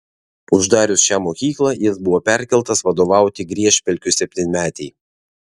uždarius šią mokyklą jis buvo perkeltas vadovauti griežpelkių septynmetei